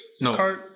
no